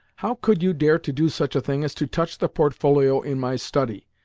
how could you dare to do such a thing as to touch the portfolio in my study?